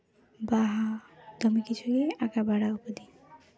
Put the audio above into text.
ᱵᱟᱦᱟ ᱫᱚᱢᱮ ᱠᱤᱪᱷᱩ ᱜᱮ ᱟᱸᱠᱟ ᱵᱟᱲᱟᱣ ᱠᱟᱹᱫᱟᱹᱧ